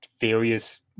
various